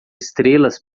estrelas